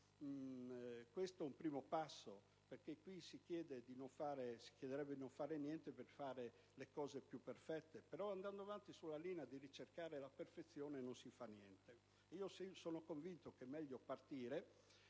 questo è un primo passo. Qui si chiede sostanzialmente di non fare niente per fare le cose più perfette, ma andando avanti sulla linea del ricercare la perfezione non si fa niente. Sono convinto che sia meglio partire